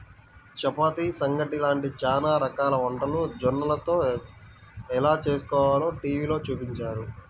చపాతీ, సంగటి లాంటి చానా రకాల వంటలు జొన్నలతో ఎలా చేస్కోవాలో టీవీలో చూపించారు